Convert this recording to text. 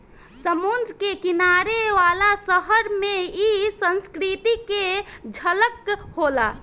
समुंद्र के किनारे वाला शहर में इ संस्कृति के झलक होला